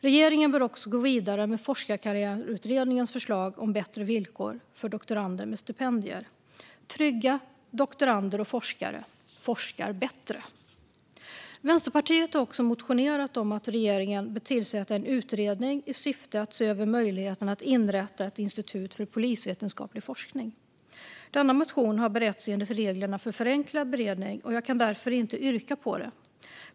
Regeringen bör också gå vidare med Forskarkarriärutredningens förslag om bättre villkor för doktorander med stipendier. Trygga doktorander och forskare forskar bättre. Vänsterpartiet har också motionerat om att regeringen bör tillsätta en utredning i syfte att se över möjligheterna att inrätta ett institut för polisvetenskaplig forskning. Denna motion har beretts enligt reglerna för förenklad beredning, och jag kan därför inte yrka bifall till den.